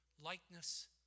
likeness